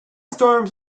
storms